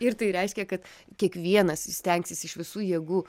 ir tai reiškia kad kiekvienas stengsis iš visų jėgų